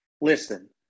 listen